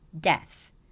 death